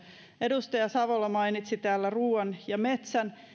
edustaja savola mainitsi täällä ruuan ja metsän